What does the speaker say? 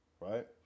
right